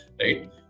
right